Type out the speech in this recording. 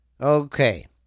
Okay